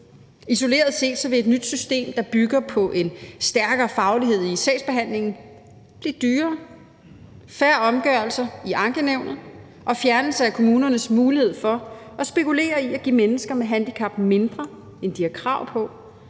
Isoleret set vil et nyt system, der bygger på en stærkere faglighed i sagsbehandlingen, blive dyrere. Der vil være færre omgørelser i ankenævnet, og kommunernes mulighed for at spekulere i at give mennesker med handicap mindre, end de har krav på,